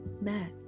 met